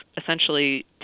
essentially